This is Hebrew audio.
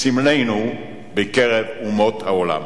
סמלנו בקרב אומות העולם.